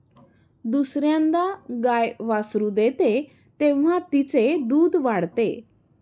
दुसर्यांदा गाय वासरू देते तेव्हा तिचे दूध वाढते